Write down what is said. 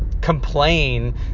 complain